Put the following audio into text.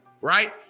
right